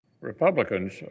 Republicans